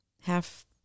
half